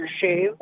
shave